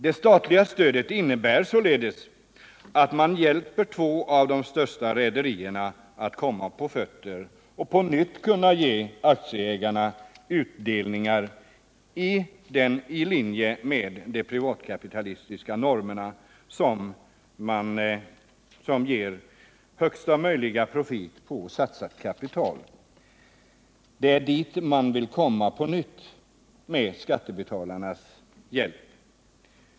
Det statliga stödet innebär således att man hjälper två av de största rederierna att komma på fötter och på nytt kunna ge aktieägarna utdelningar i linje med de privatkapitalistiska normerna, som ger högsta möjliga profit på satsat kapital. Det är dit man vill komma på nytt med skattebetalarnas hjälp.